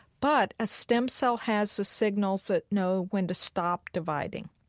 but a stem cell has the signals that know when to stop dividing.